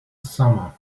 summer